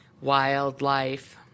Wildlife